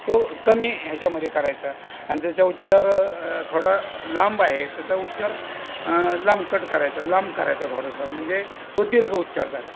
तो कमी ह्याच्यामध्ये करायचा आणि ज्याचा उच्चार थोडा लांब आहे त्याचा उच्चार लांब कट करायचा लांब करायचा थोडासा म्हणजे तो दीर्घ उच्चार झाला